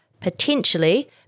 potentially